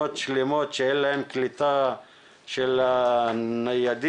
שכונות שלמות שאין להן קליטה של הניידים,